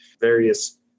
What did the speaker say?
various